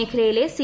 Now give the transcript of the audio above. മേഖലയിലെ സി